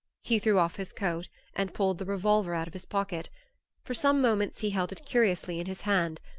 he threw off his coat and pulled the revolver out of his pocket for some moments he held it curiously in his hand,